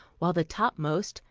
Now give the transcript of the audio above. while the topmost,